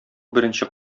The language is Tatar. беренче